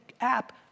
app